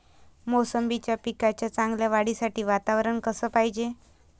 मोसंबीच्या पिकाच्या चांगल्या वाढीसाठी वातावरन कस पायजे?